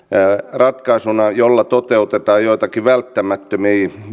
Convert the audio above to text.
ratkaisuna jolla toteutetaan joitakin välttämättömiä